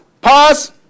pause